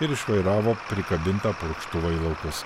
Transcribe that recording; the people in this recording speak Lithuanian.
ir išvairavo prikabintą purkštuvą į laukus